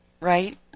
Right